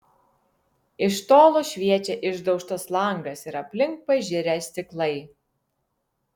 iš tolo šviečia išdaužtas langas ir aplink pažirę stiklai